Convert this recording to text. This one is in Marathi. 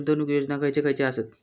गुंतवणूक योजना खयचे खयचे आसत?